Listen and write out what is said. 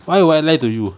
why would I lie to you